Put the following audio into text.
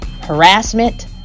Harassment